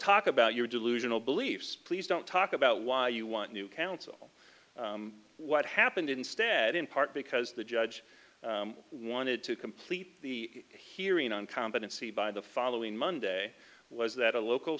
talk about your delusional beliefs please don't talk about why you want a new counsel what happened instead in part because the judge wanted to complete the hearing on competency by the following monday was that a local